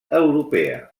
europea